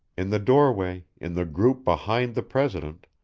in the doorway, in the group behind the president,